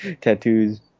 tattoos